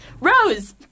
Rose